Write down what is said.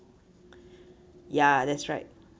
ya that's right